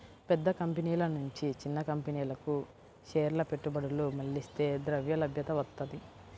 పెద్ద కంపెనీల నుంచి చిన్న కంపెనీలకు షేర్ల పెట్టుబడులు మళ్లిస్తే ద్రవ్యలభ్యత వత్తది